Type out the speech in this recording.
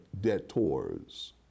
debtors